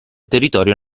territorio